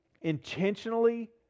intentionally